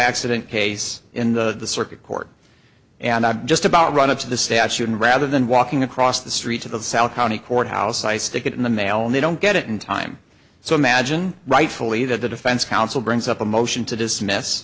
accident case in the circuit court and i've just about run up to the statute and rather than walking across the street to the south county courthouse i stick it in the mail and they don't get it in time so imagine rightfully that the defense counsel brings up a motion to dismiss